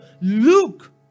Luke